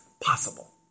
possible